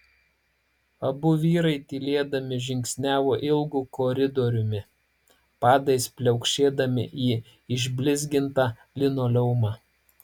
abu vyrai tylėdami žingsniavo ilgu koridoriumi padais pliaukšėdami į išblizgintą linoleumą